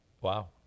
Wow